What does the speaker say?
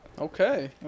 okay